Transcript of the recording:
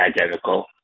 identical